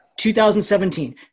2017